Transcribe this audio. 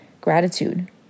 gratitude